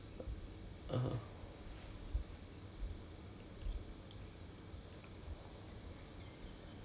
then 你 just if you figure that 那个 D_G err quiz 你 just 他有 open book mah so you just everything the answer is there mah